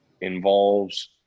involves